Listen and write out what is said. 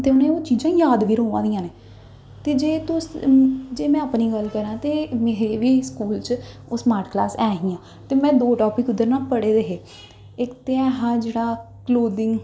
ते उ'नें गी ओह् चीजां याद बी र'वा दियां न ते जे तुस जे में अपनी गल्ल करांऽ ते ते में बी स्कूल च ओह् स्मार्ट क्लास ऐ हियां ते मैं दो टापिक उद्धर न पढ़े दे हे इक ते ऐ हा जेह्ड़ा